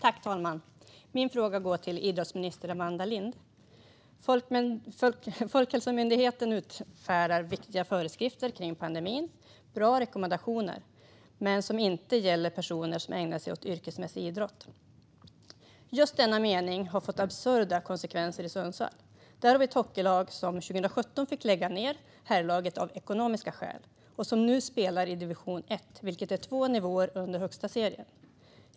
Fru talman! Min fråga går till idrottsminister Amanda Lind. Folkhälsomyndigheten utfärdar viktiga föreskrifter och bra rekommendationer i pandemin, men de gäller inte personer som ägnar sig åt yrkesmässig idrott. Just detta har fått absurda konsekvenser i Sundsvall. Där har vi ett hockeylag som 2017 fick lägga ned herrlaget av ekonomiska skäl och som nu spelar i division 1, vilket är två nivåer under högsta serien.